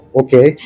okay